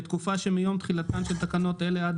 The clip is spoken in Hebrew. בתקופה שמיום תחילתן של תקנות אלה עד